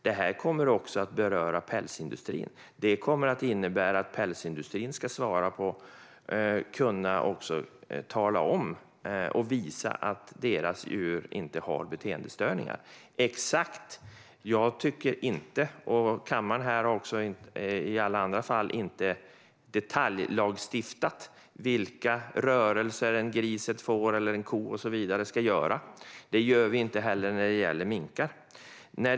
Detta berör också pälsindustrin och innebär att pälsindustrin ska kunna visa att deras djur inte har beteendestörningar. Kammaren har inte lagstiftat i detalj om vilka rörelser en gris, ett får, en ko och så vidare ska göra. Det gör vi inte heller när det gäller minkar.